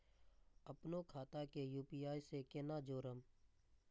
अपनो खाता के यू.पी.आई से केना जोरम?